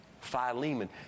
Philemon